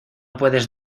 puedes